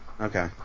Okay